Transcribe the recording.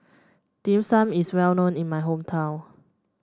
Dim Sum is well known in my hometown